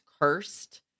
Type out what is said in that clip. cursed